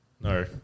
No